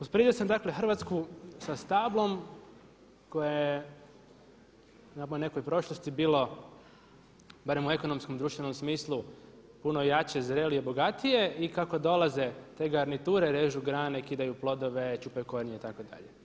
Usporedio sam dakle Hrvatsku sa stablom koje je tamo u nekoj prošlosti bilo barem u ekonomskom društvenom smislu puno jače, zrelije, bogatije i kako dolaze te garniture ružu grane, kidaju plodove, čupaju korijenje itd.